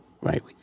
Right